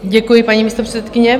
Děkuji, paní místopředsedkyně.